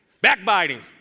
backbiting